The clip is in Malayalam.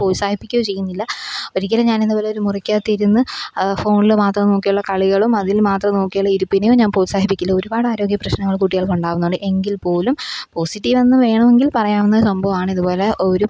പ്രോത്സാഹിപ്പിക്കുകയോ ചെയ്യുന്നില്ല ഒരിക്കലും ഞാനിതു പോലെയൊരു മുറിക്കകത്തിരുന്നു ഫോണിൽ മാത്രം നോക്കിയുള്ള കളികളും അതില് മാത്രം നോക്കിയുള്ള ഇരുപ്പിനെയോ ഞാന് പ്രോത്സാഹിപ്പിക്കില്ല ഒരുപാടാരോഗ്യ പ്രശ്നങ്ങള് കുട്ടികള്ക്കുണ്ടാകുന്നുണ്ട് എങ്കില്പ്പോലും പോസിറ്റീവെന്നു വേണമെങ്കില് പറയുകയെന്ന സംഭവമാണ് ഇതുപോലെ ഒരു